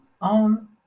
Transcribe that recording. on